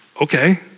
okay